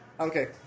Okay